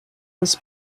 was